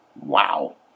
Wow